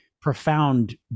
profound